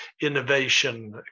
innovation